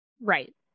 Right